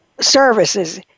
services